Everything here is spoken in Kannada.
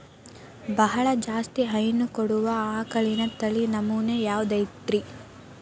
ಬಹಳ ಜಾಸ್ತಿ ಹೈನು ಕೊಡುವ ಆಕಳಿನ ತಳಿ ನಮೂನೆ ಯಾವ್ದ ಐತ್ರಿ?